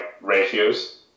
ratios